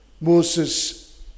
Moses